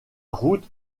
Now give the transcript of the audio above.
route